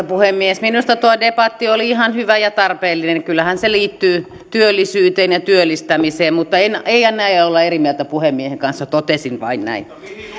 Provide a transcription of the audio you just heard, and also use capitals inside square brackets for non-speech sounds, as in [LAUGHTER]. [UNINTELLIGIBLE] puhemies minusta tuo debatti oli ihan hyvä ja tarpeellinen kyllähän se liittyy työllisyyteen ja työllistämiseen mutta en aio olla eri mieltä puhemiehen kanssa totesin vain näin